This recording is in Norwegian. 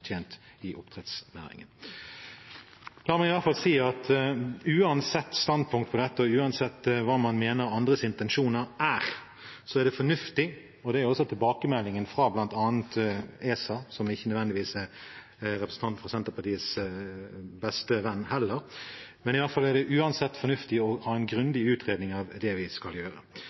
tjent i oppdrettsnæringen, ganske fort. La meg i hvert fall si at uansett standpunkt til dette og uansett hva man mener andres intensjoner er, er det fornuftig å ha en grundig utredning av det vi skal gjøre.